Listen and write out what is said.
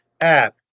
app